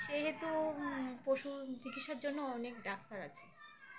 সেহেতু পশু চিকিৎসার জন্য অনেক ডাক্তার আছে